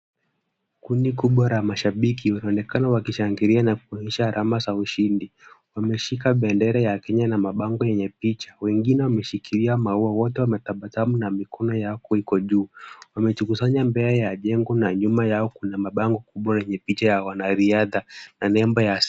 Kundi kubwa la mashabiki wanaonekana wakishangilia na kuonyesha alama za ushindi, wameshika bendera ya Kenya na mabango yenye picha ,wengine wameshikilia maua wote wametabasamu na mikono yao iko juu wamejikusanya mbele ya jengo na nyuma yao kuna mabango kubwa yenye picha za wanariadha yenye nembo.